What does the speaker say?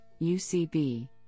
UCB